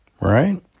Right